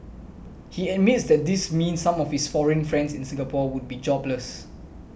he admits that this means some of his foreign friends in Singapore would be jobless